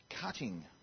Cutting